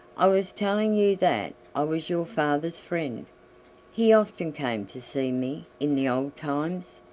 i was telling you that i was your father's friend he often came to see me in the old times,